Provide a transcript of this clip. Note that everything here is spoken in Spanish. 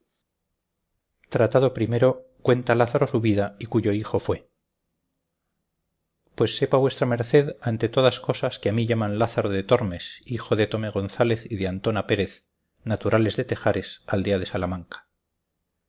tratado primero cuenta lázaro su vida y cuyo hijo fue pues sepa v m ante todas cosas que a mí llaman lázaro de tormes hijo de tomé gonzález y de antona pérez naturales de tejares aldea de salamanca